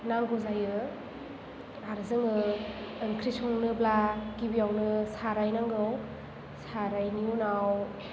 नांगौ जायो आरो जों ओंख्रि संनोब्ला गिबियावनो साराय नांगौ सारायनि उनाव